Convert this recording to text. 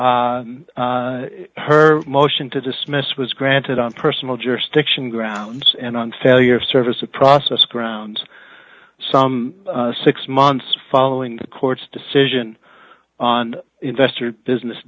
case her motion to dismiss was granted on personal jurisdiction grounds and on failure of service of process grounds some six months following the court's decision on investor's business